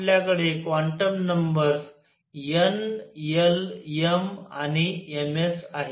आपल्याकडे quantum numbers n l m आणि ms आहेत